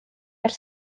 ers